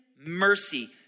mercy